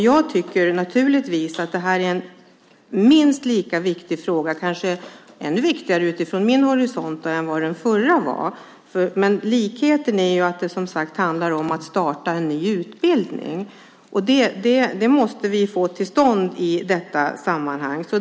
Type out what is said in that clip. Jag tycker naturligtvis att det här är en minst lika viktig fråga, kanske ännu viktigare utifrån min horisont, som den som togs upp i den förra interpellationen. Men likheten är som sagt att det handlar om att starta en ny utbildning, och det måste vi få till stånd.